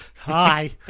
Hi